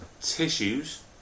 tissues